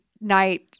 night